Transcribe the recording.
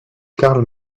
karl